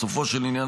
בסופו של עניין,